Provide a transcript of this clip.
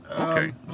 Okay